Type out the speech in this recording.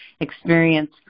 experience